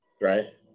right